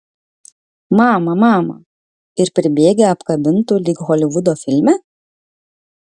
mama mama ir pribėgę apkabintų lyg holivudo filme